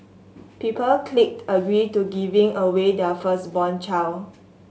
people clicked agree to giving away their firstborn child